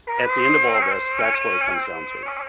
at the end of all this, that's what it comes down to.